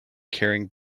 carrying